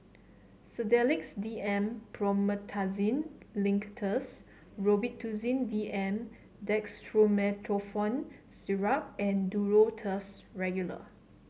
Sedilix D M Promethazine Linctus Robitussin D M Dextromethorphan Syrup and Duro Tuss Regular